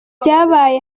byabaye